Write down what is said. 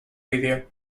vídeo